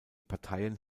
parteien